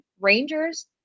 Rangers